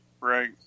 Right